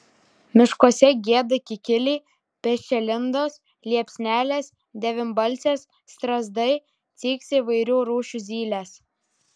miškuose gieda kikiliai pečialindos liepsnelės devynbalsės strazdai ciksi įvairių rūšių zylės